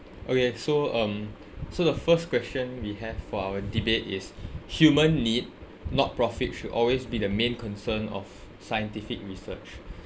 okay so um so the first question we have for our debate is human need not profit should always be the main concern of scientific research